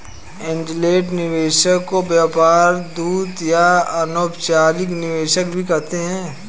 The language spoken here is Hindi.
एंजेल निवेशक को व्यापार दूत या अनौपचारिक निवेशक भी कहते हैं